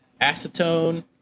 acetone